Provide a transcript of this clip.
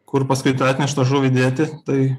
kur paskui tą atneštą žuvį dėti tai